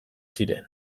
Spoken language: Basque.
ziren